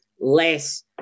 less